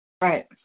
Right